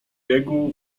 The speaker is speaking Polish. biegu